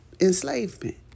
enslavement